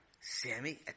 Sammy